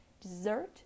dessert